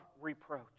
reproach